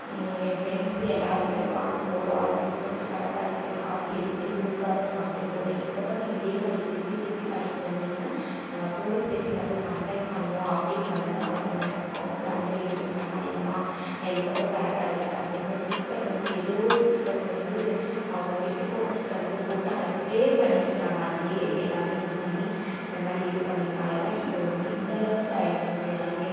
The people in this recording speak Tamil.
என் ஃப்ரெண்ட்ஸு எல்லோருமே வாங்க போகலாம் அப்படின்னு சொல்லிட்டு கடைக்காரு கிட்ட காசு எதுவுமே கொடுக்காத நாங்கள் அப்டேயே போனோம் இதுக்கப்புறம் நீங்கள் இதே மாதிரி திருப்பி திருப்பி பண்ணிகிட்ருந்திங்கன்னா நாங்கள் போலீஸ் ஸ்டேஷனில் போய் கம்ப்ளைண்ட் பண்ணுவோம் அப்படின்னு வந்து அவங்கள மிரட்னோம் அவங்க வந்து அதெலாம் எதுவுமே பண்ணாதிங்கம்மா நான் இதுக்கப்புறம் கரெக்டாக இருக்கேன் அப்படினு சிக்கன் வந்து ஏதோ ஒரு சிக்கன் வந்து அவங்க கெட்டுப்போன சிக்கன் வந்து போட்டு அந்த ஃப்ரே பண்ணிகிட்ருக்குறாங்க அதில் எல்லாமே இது பண்ணி இந்த மாதிரி இது பண்ணினால்தான் இப்போது வந்து இந்தளவுக்கு ஆயிகிட்ருக்கு எல்லாமே